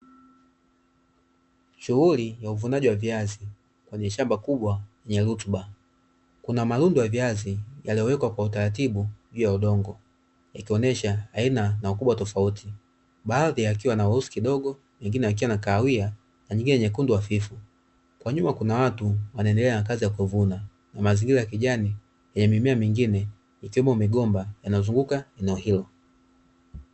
Shughuli ya uvunaji wa viazi, kwenye shamba kubwa lenye rutuba. Kuna marundo ya viazi yaliyowekwa kwa utaratibu juu ya udongo, ikionyesha aina na ukubwa tofauti. Baadhi yakiwa na weusi kidogo, nyingine yakiwa na kahawia, na nyingine nyekundu hafifu. Kwa nyuma kuna watu wanaendelea na kazi ya kuvuna. Mazingira ya kijani yenye mimea mingine, ikiwemo migomba, yanayozunguka eneo hilo.